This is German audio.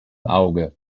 auge